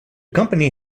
company